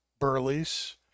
Burleys